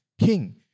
king